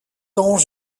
temps